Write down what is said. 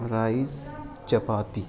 rice چپاتی